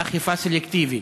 אכיפה סלקטיבית: